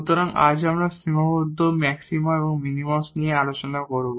সুতরাং আজ আমরা সীমাবদ্ধ ম্যাক্সিমা এবং মিনিমা নিয়ে আলোচনা করব